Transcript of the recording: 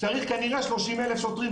צריך כנראה 30 אלף שוטרים,